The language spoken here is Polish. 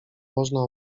można